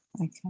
okay